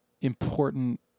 important